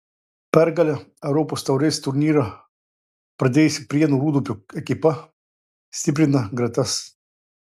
pergale europos taurės turnyrą pradėjusi prienų rūdupio ekipa stiprina gretas